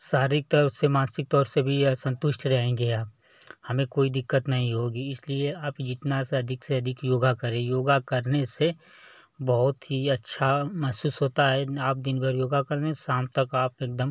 शारीरिक तौर से मानसिक तौर से भी यह संतुष्ट रहेंगे आप हमें कोई दिक्कत नहीं होगी इसलिए आप जितना सा अधिक से अधिक योग करें योग करने से बहुत ही अच्छा महसूस होता है आप दिन भर योग कर लें शाम तक आप एकदम